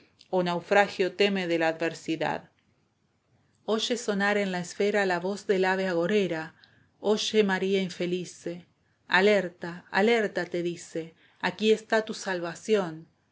o naufragio teme de la adversidad oye sonar en la esfera la voz del ave agorera oye maría infelice alerta alerta te dice aquí está tu salvación